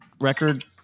record